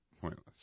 pointless